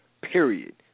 period